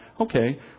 Okay